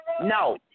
No